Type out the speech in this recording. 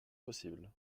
possible